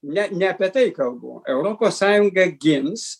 ne ne apie tai kalbu europos sąjunga gins